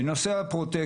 ב׳ - בנושא הפרוטקשן: